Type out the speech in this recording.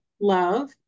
love